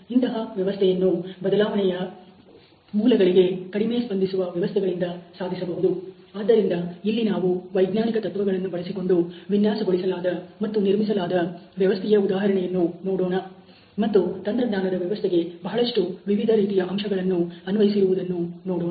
ಇಂತಹ ವ್ಯವಸ್ಥೆಯ ಬದಲಾವಣೆಯ ಮೂಲಗಳಿಗೆ ಕಡಿಮೆ ಸ್ಪಂದಿಸುವ ವ್ಯವಸ್ಥೆಗಳಿಂದ ಸಾಧಿಸಬಹುದು ಆದ್ದರಿಂದ ಇಲ್ಲಿ ನಾವು ವೈಜ್ಞಾನಿಕ ತತ್ವಗಳನ್ನು ಬಳಸಿಕೊಂಡು ವಿನ್ಯಾಸಗೊಳಿಸಲಾದ ಮತ್ತು ನಿರ್ಮಿಸಲಾದ ವ್ಯವಸ್ಥೆಯ ಉದಾಹರಣೆಯನ್ನು ನೋಡೋಣ ಮತ್ತು ತಂತ್ರಜ್ಞಾನದ ವ್ಯವಸ್ಥೆಗೆ ಬಹಳಷ್ಟು ವಿವಿಧ ರೀತಿಯ ಅಂಶಗಳನ್ನುfactor's ಅನ್ವಯಿಸಿರುವುದನ್ನು ನೋಡೋಣ